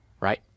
right